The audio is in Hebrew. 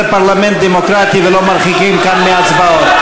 פרלמנט דמוקרטי ולא מרחיקים כאן מהצבעות.